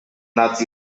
nazi